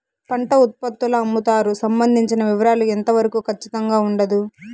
పంట ఉత్పత్తుల అమ్ముతారు సంబంధించిన వివరాలు ఎంత వరకు ఖచ్చితంగా ఉండదు?